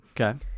Okay